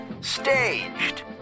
staged